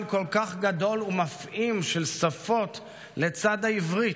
כל כך גדול ומפעים של שפות לצד העברית: